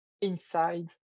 inside